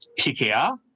PKR